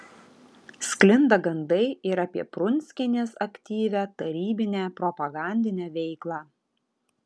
sklinda gandai ir apie prunskienės aktyvią tarybinę propagandinę veiklą